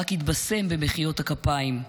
רק התבשם במחיאות הכפיים.